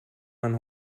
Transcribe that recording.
man